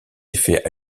effet